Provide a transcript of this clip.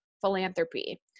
philanthropy